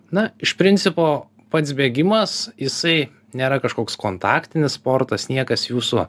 na iš principo pats bėgimas jisai nėra kažkoks kontaktinis sportas niekas jūsų